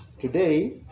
Today